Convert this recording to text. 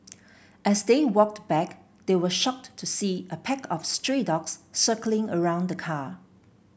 as they walked back they were shocked to see a pack of stray dogs circling around the car